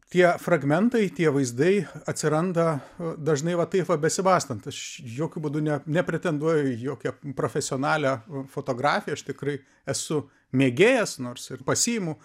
tie fragmentai tie vaizdai atsiranda dažnai va taip va besibastant aš jokiu būdu ne nepretenduoju į jokią profesionalią fotografiją aš tikrai esu mėgėjas nors ir pasiimu